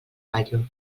ballo